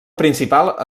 principal